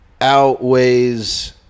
outweighs